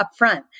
upfront